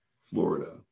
Florida